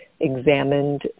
examined